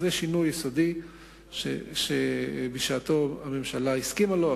זה שינוי יסודי שבשעתו הממשלה הסכימה לו,